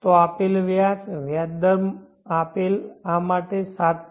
તો આપેલ વ્યાજ વ્યાજ દર આપેલ માટે આ 7